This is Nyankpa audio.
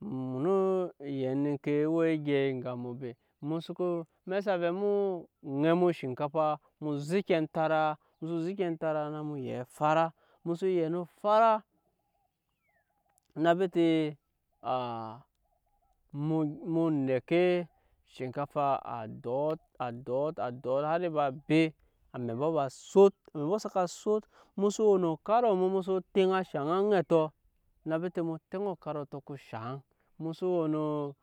mu xno yɛn eŋke e we egyɛi eŋga mu be mu soko amɛk sa vɛɛ mu ŋema oshinkafa mu zeki antara mu soko zeki antara na mu yɛn fara mu so yɛn o fara na bete mu nɛke shinkafa a dɔt a dɔt har a ba be amɛ mbɔ sot amɛ mbɔ saka sot mu soko we no okarot mu mu so teŋa shaŋ aŋɛtɔ na bete mu teŋa shaŋ mu so we no